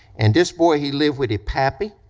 and dis boy, he live with a pappy,